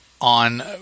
on